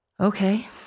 Okay